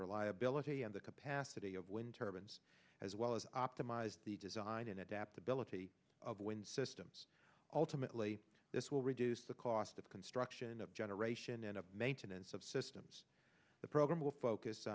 reliability and the capacity of wind turbines as well as optimize the design and adaptability of wind systems ultimately this will reduce the cost of construction of generation and maintenance of systems the program will focus